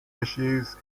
issues